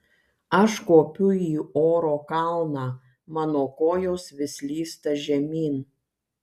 aš kopiu į oro kalną mano kojos vis slysta žemyn